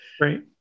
Right